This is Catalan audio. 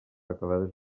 acabades